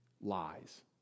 lies